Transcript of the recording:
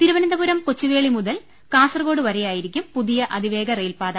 തിരുവനന്തപുരം കൊച്ചുവേളി മുതൽ കാസർഗോഡ് വരെയായിരിക്കും പുതിയ അതിവേഗ റെയിൽപാത